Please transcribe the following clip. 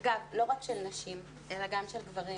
אגב, לא רק של נשים, אלא גם של גברים.